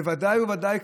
ודאי וודאי,